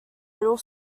middle